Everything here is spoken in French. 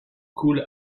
coule